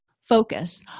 focus